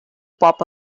pop